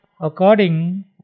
according